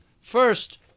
First